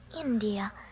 India